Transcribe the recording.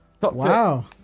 Wow